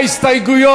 סעיף 83,